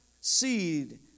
seed